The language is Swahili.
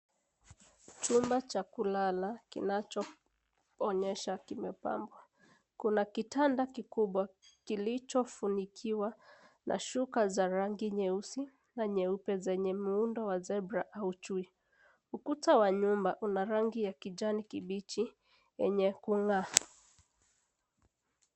Chumba cha kulala kinachoonyeshwa kimepambwa . Kuna kitanda kikubwa kilichofunikiwa na shuka za rangi nyeusi na nyeupe zenye muundo wa zebra au chui. Ukuta wa nyumba una rangi ya kijani kibichi yenye kung'aa.